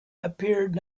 appeared